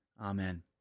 Amen